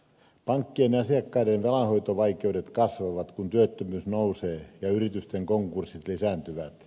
pankkien asiakkaiden rahanhoitovaikeudet kasvavat kun työttömyys nousee ja yritysten konkurssit lisääntyvät